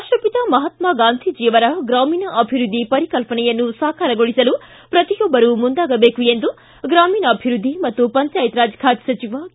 ರಾಷ್ಟಪತ ಮಹಾತ್ಮಾ ಗಾಂಧೀಜಿ ಅವರ ಗಾಮೀಣ ಅಭಿವೃದ್ಧಿ ಪರಿಕಲ್ಪನೆಯನ್ನು ಸಾಕಾರಗೊಳಸಲು ಪ್ರತಿಯೊಬ್ಬರು ಮುಂದಾಗಬೇಕು ಎಂದು ಗ್ರಾಮೀಣಾಭಿವೃದ್ಧಿ ಮತ್ತು ಪಂಚಾಯತ್ ರಾಜ್ ಖಾತೆ ಸಚಿವ ಕೆ